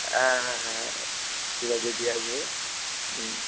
হ্যাঁ হ্যাঁ হ্যাঁ হ্যাঁ হ্যাঁ ঠিক আছে দিয়ে আসবে হুম